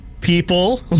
people